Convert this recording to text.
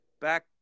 back